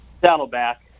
Saddleback